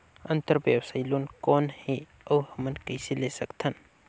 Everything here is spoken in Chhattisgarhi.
अंतरव्यवसायी लोन कौन हे? अउ हमन कइसे ले सकथन?